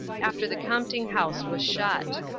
after the compting house was shut.